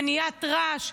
מניעת רעש,